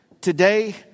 today